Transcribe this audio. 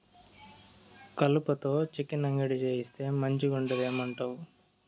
కలుపతో చికెన్ అంగడి చేయిస్తే మంచిగుంటది ఏమంటావు